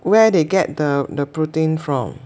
where they get the the protein from